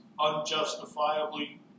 unjustifiably